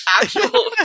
actual